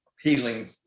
healing